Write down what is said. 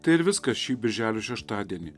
tai ir viskas šį birželio šeštadienį